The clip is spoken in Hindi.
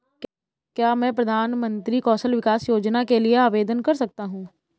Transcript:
क्या मैं प्रधानमंत्री कौशल विकास योजना के लिए आवेदन कर सकता हूँ?